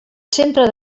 centre